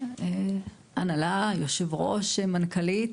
ההנהלה, עם יו"ר, מנכ"לית.